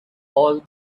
all